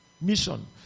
mission